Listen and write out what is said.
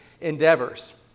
endeavors